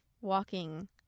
walking